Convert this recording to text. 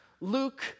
Luke